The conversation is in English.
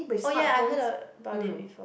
oh ya I heard about it before